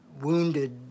wounded